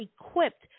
equipped